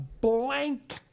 blank